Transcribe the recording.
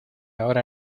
ahora